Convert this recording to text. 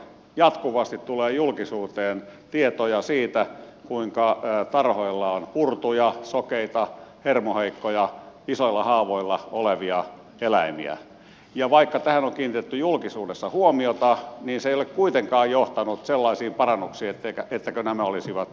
jatkuvasti tulee julkisuuteen tietoja siitä kuinka tarhoilla on purtuja sokeita hermoheikkoja isoilla haavoilla olevia eläimiä ja vaikka tähän on kiinnitetty julkisuudessa huomiota niin se ei ole kuitenkaan johtanut sellaisiin parannuksiin että nämä olisivat poistuneet